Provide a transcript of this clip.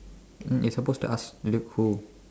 you're supposed to ask Luke who